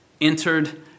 entered